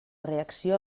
reacció